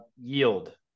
Yield